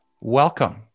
Welcome